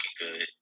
good